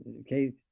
okay